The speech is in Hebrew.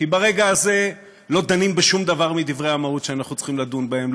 כי ברגע הזה לא דנים בשום דבר מדברי המהות שאנחנו צריכים לדון בהם,